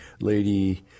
lady